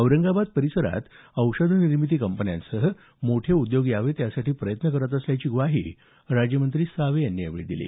औरंगाबाद परिसरात औषध निर्मिती कंपन्यांसह मोठे उद्योग यावेत यासाठी प्रयत्न करण्याची ग्वाही राज्यमंत्री सावे यांनी दिली